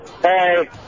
Hey